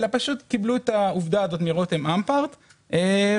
הם פשוט קיבלו את העובדה הזאת מרותם אמפרט ובזכות